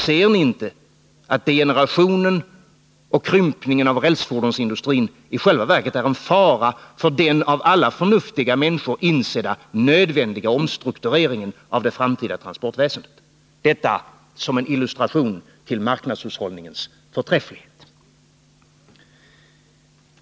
Ser ni inte att degenerationen och krympningen när det gäller rälsfordonsindustrin i själva verket är en fara för den nödvändiga omstruktureringen av det framtida transportväsendet som alla förnuftiga människor inser måste ske? Detta som en illustration till marknadshushållningens förträfflighet.